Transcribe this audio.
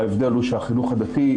ההבדל שהחינוך הדתי,